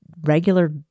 regular